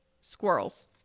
squirrels